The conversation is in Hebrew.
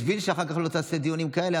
בשביל שאחר כך לא תעשה דיונים כאלה.